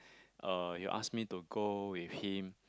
uh he'll ask me to go with him